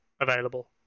available